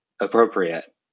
appropriate